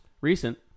recent